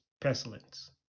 pestilence